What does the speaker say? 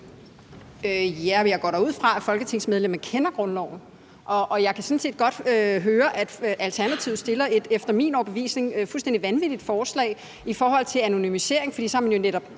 Jeg går da ud fra, at folketingsmedlemmet kender grundloven. Og jeg kan sådan set godt høre, at Alternativet har fremsat et efter min overbevisning fuldstændig vanvittigt forslag i forhold til anonymisering,